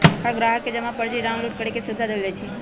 हर ग्राहक के जमा पर्ची डाउनलोड करे के सुविधा देवल जा हई